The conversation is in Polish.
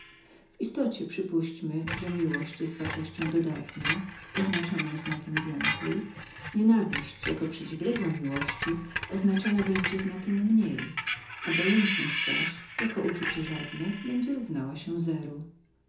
w istocie przypuśćmy że miłość jest rzeczywistą wartością oznaczoną znakiem więcej nienawiść jako przeciwległa miłości podpadnie wyrażeniu przez znak mniej obojętność zaś jako uczucie żadne będzie równała się